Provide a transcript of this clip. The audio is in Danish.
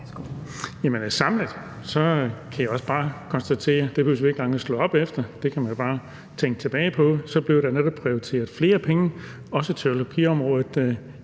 Jamen samlet kan jeg også bare konstatere – det behøver vi ikke engang at slå op; det kan man jo bare tænke tilbage på – at der netop blev prioriteret flere penge, også til økologiområdet,